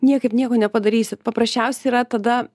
niekaip nieko nepadarysit paprasčiausiai yra tada